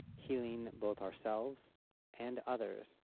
healing both ourselves and others.